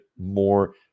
more